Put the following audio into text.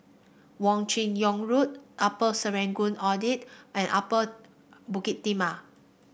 Wong Chin Yoke Road Upper Serangoon Viaduct and Upper Bukit Timah